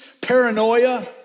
paranoia